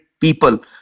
people